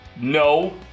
No